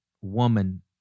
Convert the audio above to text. woman